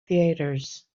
theatres